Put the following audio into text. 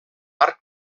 arc